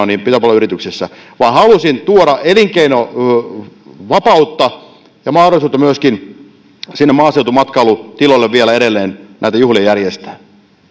pitopalveluyrityksissä vaan halusin tuoda elinkeinovapautta ja mahdollisuutta myöskin sinne maaseutumatkailutiloille vielä edelleen näitä juhlia järjestää